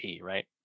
right